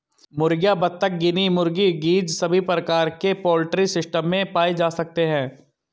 मुर्गियां, बत्तख, गिनी मुर्गी, गीज़ सभी प्रकार के पोल्ट्री सिस्टम में पाए जा सकते है